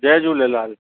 Jay Jhulelal